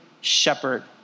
shepherd